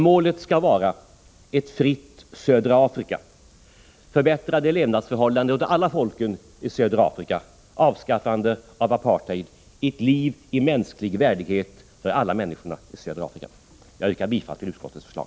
Målet skall vara ett fritt södra Afrika, förbättrade levnadsförhållanden för alla folk i södra Afrika, avskaffandet av apartheid och ett liv i mänsklig värdighet för alla människor i södra Afrika. Jag yrkar bifall till utskottets förslag.